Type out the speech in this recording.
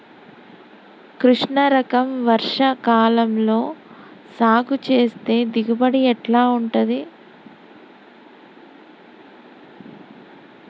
కృష్ణ రకం వర్ష కాలం లో సాగు చేస్తే దిగుబడి ఎట్లా ఉంటది?